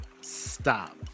Stop